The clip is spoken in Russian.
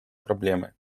проблемы